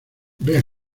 vea